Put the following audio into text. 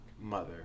mother